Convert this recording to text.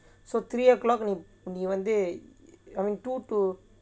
so three o'clock நீ வந்து:nee vanthu I mean two to